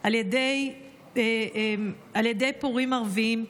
על ידי פורעים ערבים.